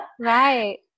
Right